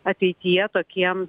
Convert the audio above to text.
ateityje tokiem